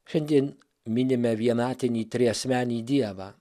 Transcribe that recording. šiandien minime vienatinį triasmenį dievą